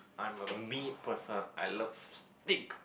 I am a meat person I love steak